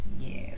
yes